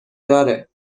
داره